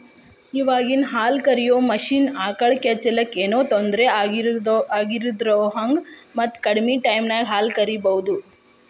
ಇವಾಗಿನ ಹಾಲ ಕರಿಯೋ ಮಷೇನ್ ಆಕಳ ಕೆಚ್ಚಲಕ್ಕ ಏನೋ ತೊಂದರೆ ಆಗದಿರೋಹಂಗ ಮತ್ತ ಕಡಿಮೆ ಟೈಮಿನ್ಯಾಗ ಹಾಲ್ ಕರಿಬಹುದು